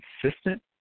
consistent